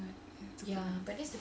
but ya